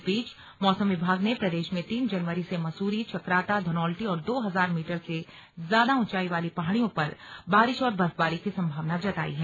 इस बीच मौसम विभाग ने प्रदेश में तीन जनवरी से मसूरीचकराता धनौल्टी और दो हजार मीटर से ज्यादा ऊंचाई वाली पहाड़ियों पर बारिश और बर्फबारी की संभावना जताई है